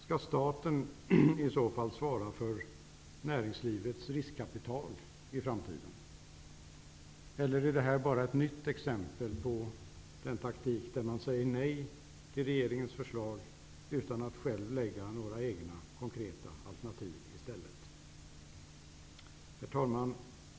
Skall staten i så fall svara för näringslivets riskkapital i framtiden, eller det här bara ett nytt exempel på den taktik där man säger nej till regeringens förslag utan att själv i stället lägga fram några egna konkreta alternativ? Herr talman!